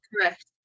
Correct